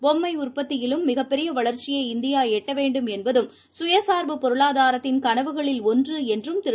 பொம்மைஉற்பத்தியிலும் மிகப் பெரியவளர்ச்சியை இந்தியாளட்டவேண்டும் என்பதும் கயசார்பு பொருளாதாரத்தின் கனவுகளில் ஒன்றுஎன்றும் திரு